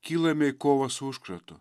kylame į kovą su užkratu